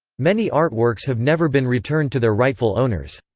many artworks have never been returned to their rightful owners.